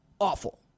awful